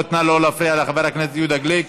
נא לא להפריע לחבר הכנסת יהודה גליק.